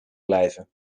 blijven